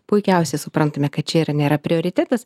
puikiausiai suprantame kad čia yra nėra prioritetas